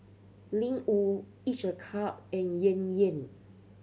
Ling Wu Each a Cup and Yan Yan